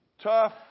Tough